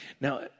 Now